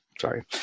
Sorry